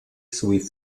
sowie